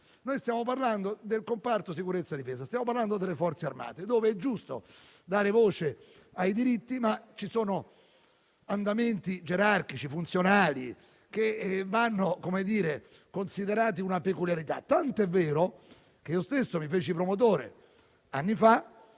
Stiamo parlando del comparto sicurezza e difesa e delle Forze armate, nelle quali è giusto dare voce ai diritti, ma ci sono andamenti gerarchici e funzionali che vanno considerati una peculiarità. Tant'è vero che io stesso mi feci promotore anni fa